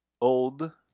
old